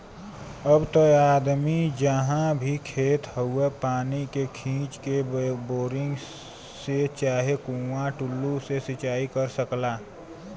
अब त आदमी जहाँ भी खेत हौ पानी के खींच के, बोरिंग से चाहे कुंआ टूल्लू से सिंचाई कर सकला